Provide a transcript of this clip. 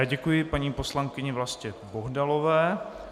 Děkuji paní poslankyni Vlastě Bohdalové.